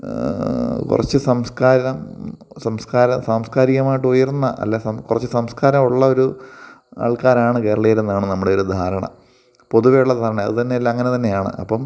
കുറച്ച് സംസ്കാരം സംസ്കാരം സാംസ്കാരികമായിട്ട് ഉയർന്നത് അല്ലെ കുറച്ച് സംസ്കാരം ഉള്ള ഒരു ആൾക്കാരാണ് കേരളീയരെന്നാണ് നമ്മുടെ ഒരു ധാരണ പൊതുവെയുള്ള ധാരണ അത് തന്നെയല്ലേ അങ്ങനെ തന്നെയാണ് അപ്പം